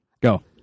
Go